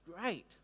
great